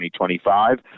2025